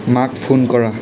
মাক ফোন কৰা